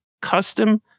custom